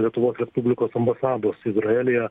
lietuvos respublikos ambasados izraelyje